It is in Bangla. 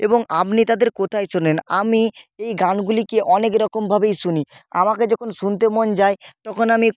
এবং আপনি তাদের কোথায় শোনেন আমি এই গানগুলিকে অনেক রকমভাবেই শুনি আমাকে যখন শুনতে মন যায় তখন আমি